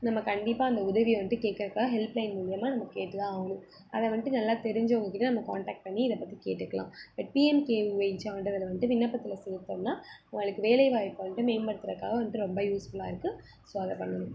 நம்ம கண்டிப்பாக அந்த உதவியை வந்துட்டு கேட்குறப்ப ஹெல்ப் லைன் மூலியமாக நம்ம கேட்டு தான் ஆகணும் அதை வந்துட்டு நல்லா தெரிஞ்சவங்க கிட்ட நம்ம கான்டக்ட் பண்ணி இதை பற்றி கேட்டுக்கலாம் பட் பிஎன்கேவிஒய் சான்றிதழை வந்துட்டு விண்ணப்பத்தில் சேர்த்தோம்னா உங்களுக்கு வேலை வாய்ப்பை வந்துட்டு மேம்படுத்துறதுக்காக வந்துட்டு ரொம்ப யூஸ்ஃபுல்லாக இருக்கு ஸோ அதை பண்ணணும்